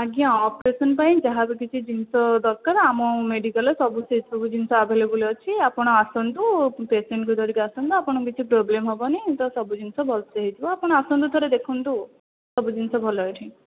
ଆଜ୍ଞା ଅପରେସନ ପାଇଁ ଯାହା ବି କିଛି ଜିନିଷ ଦରକାର ଆମ ମେଡ଼ିକାଲ ରେ ସବୁ ସେ ସବୁ ଜିନିଷ ଆଭେଲେବଲ ଅଛି ଆପଣ ଆସନ୍ତୁ ପେସେଣ୍ଟକୁ ଧରିକି ଆସନ୍ତୁ ଆପଣଙ୍କୁ କିଛି ପ୍ରୋବ୍ଲେମ ହେବନି ତ ସବୁ ଜିନିଷ ଭଲ ସେ ହୋଇଯିବ ଆପଣ ଆସନ୍ତୁ ଥରେ ଦେଖନ୍ତୁ ସବୁ ଜିନିଷ ଭଲ ଏଇଠି